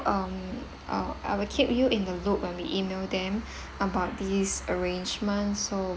um uh I will keep you in the loop when we E-mail them about this arrangement so